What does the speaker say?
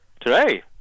today